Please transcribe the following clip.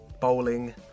Bowling